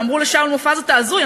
שאמרו לשאול מופז שהוא הזוי,